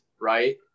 right